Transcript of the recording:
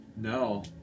No